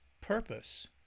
Purpose